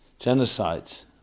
genocides